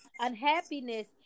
Unhappiness